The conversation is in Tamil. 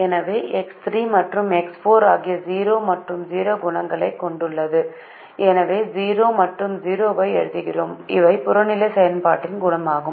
எனவே எக்ஸ் 3 மற்றும் எக்ஸ் 4 ஆகியவை 0 மற்றும் 0 குணகங்களைக் கொண்டிருக்கின்றன எனவே 0 மற்றும் 0 ஐ எழுதுகிறோம் இவை புறநிலை செயல்பாட்டின் குணகங்களாகும்